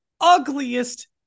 ugliest